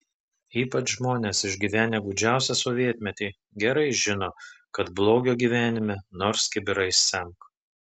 ypač žmonės išgyvenę gūdžiausią sovietmetį gerai žino kad blogio gyvenime nors kibirais semk